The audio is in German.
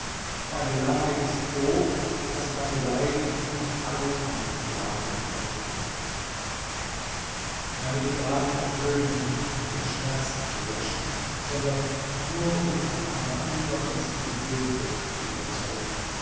meine lage ist so daß meine leiden noch alle meine klagen übertreffen meine klagen ertönen nicht den schmerz zu löschen sondern nur um von einer übermäßigen sehnsucht zu überzeugen